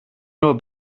nur